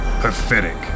Pathetic